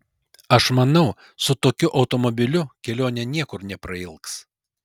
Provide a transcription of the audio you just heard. aš manau su tokiu automobiliu kelionė niekur neprailgs